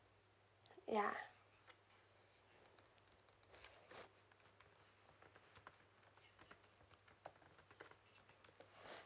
ya